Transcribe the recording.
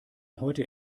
heute